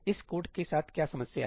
इस कोड के साथ क्या समस्या है